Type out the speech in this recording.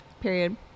Period